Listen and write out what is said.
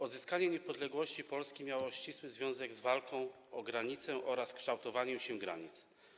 Odzyskanie niepodległości Polski miało ścisły związek z walką o granice oraz kształtowaniem się granic.